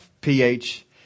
pH